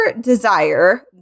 desire